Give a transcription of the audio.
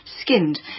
Skinned